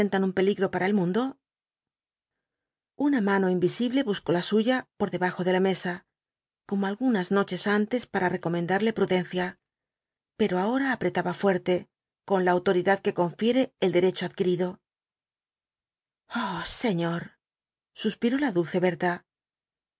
un peligro para el mundo una mano invisible buscó la suya por debajo de la mesa como algunas noches antes para recomendarle prudencia pero ahora apretaba fuerte con la autoridad que confiere el derecho adquirido oh señor suspiró la dulce berta